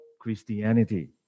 Christianity